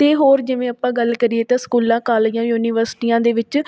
ਅਤੇ ਹੋਰ ਜਿਵੇਂ ਆਪਾਂ ਗੱਲ ਕਰੀਏ ਤਾਂ ਸਕੂਲਾਂ ਕਾਲਜਾਂ ਜਾਂ ਯੂਨੀਵਰਸਿਟੀਆਂ ਵਿੱਚ